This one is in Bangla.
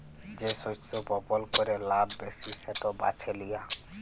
যে শস্য বপল ক্যরে লাভ ব্যাশি সেট বাছে লিয়া